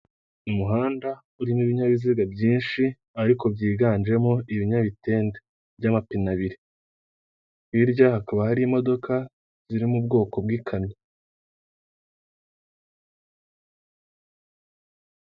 Umuhanda urimo ibinyabiziga byinshi ariko byiganjemo ibinyabitende by'amapine abiri, hirya hakaba hari imodoka ziri mu bwoko bw'ikamyo.